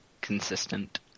consistent